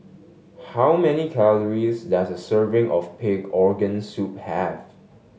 how many calories does a serving of pig organ soup have